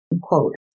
quote